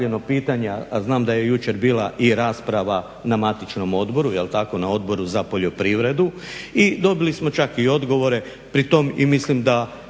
znam da je jučer bila i rasprava na matičnom odboru jel tako na Odboru za poljoprivredu i dobili smo čak i odgovore i pri tom mislim bar